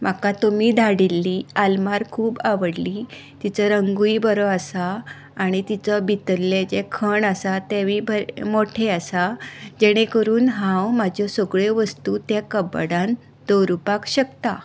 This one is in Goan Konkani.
म्हाका तुमी धाडिल्ली आल्मार खूब आवडली तीचो रंगूय बरो आसा आनी तिचे भितरल्ले जे खण आसा तेवूय मोठे आसा जेणे करून हांव म्हज्यो सगळ्यो वस्तू त्या कबडान दवरपाक शकतां